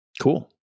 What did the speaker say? Cool